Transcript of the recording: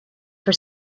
for